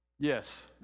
Yes